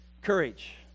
Courage